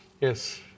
Yes